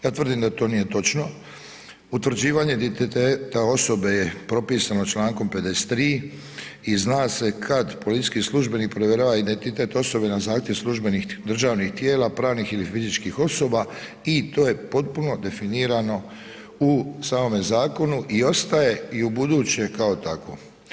Ja tvrdim da to nije točno, utvrđivanje identiteta osobe je propisano Člankom 53. i zna se kad policijski službenik provjerava identitet osobe na zahtjev službenih državnih tijela, pravnih ili fizičkih osoba i to je potpuno definirano u samome zakonu i ostaje i ubuduće kao takvo.